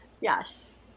Yes